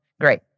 great